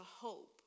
hope